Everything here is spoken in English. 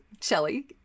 Shelly